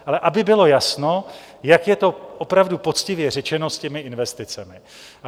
Ale aby bylo jasno, jak je to opravdu poctivě řečeno s těmi investicemi.